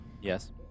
Yes